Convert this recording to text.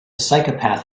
psychopath